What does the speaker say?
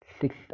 six